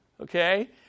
okay